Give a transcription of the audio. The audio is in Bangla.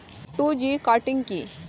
টু জি কাটিং কি?